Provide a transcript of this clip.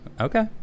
Okay